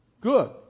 Good